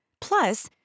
Plus